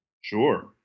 Sure